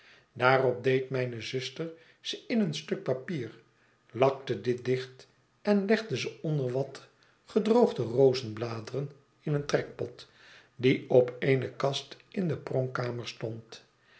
daarop deed mijne zuster ze in een stuk papier lakte dit dicht en legde ze onder wat gedroogde rozebladeren in een trekpot die op eene kast in de pronkkamer stond